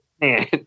man